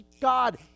God